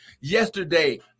yesterday